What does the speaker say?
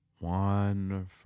One